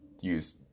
use